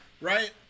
right